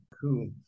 cool